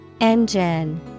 Engine